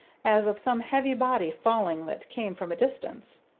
as of some heavy body falling, that came from a distance.